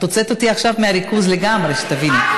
את הוצאת אותי עכשיו מהריכוז לגמרי, שתביני.